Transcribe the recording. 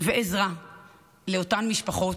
ועזרה לאותן משפחות.